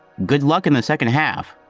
good luck in the second half!